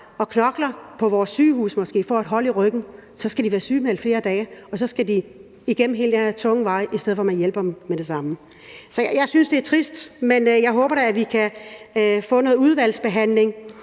og knokler på vores sygehuse, måske får et hold ryggen, så skal de være sygemeldt flere dage, og så skal de gå den her tunge vej, i stedet for at man hjælper dem med det samme. Jeg synes, det er trist, men jeg håber da, at vi kan få noget udvalgsbehandling,